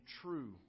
true